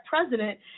president